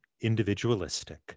individualistic